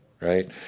Right